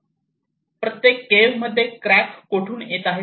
प्रत्येक केव्ह मध्ये क्रॅक कोठून येत आहेत